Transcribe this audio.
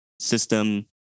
system